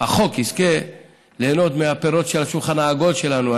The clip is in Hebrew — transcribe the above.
שהחוק יזכה ליהנות מהפירות של השולחן העגול שלנו,